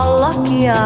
lucky